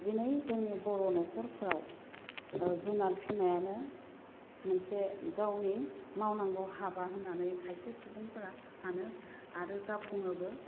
दिनै जोंनि बर' न'खरफोराव जुनार फिसिनायानो मोनसे गावनि मावनांगौ हाबा होन्नानै खायसे सुबुंफोरा सानो आरो जाफुङोबो